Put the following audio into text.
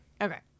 Okay